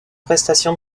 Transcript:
prestation